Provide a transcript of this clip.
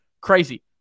crazy